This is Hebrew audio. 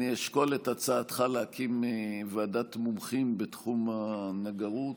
אני אשקול את הצעתך להקים ועדת מומחים בתחום הנגרות,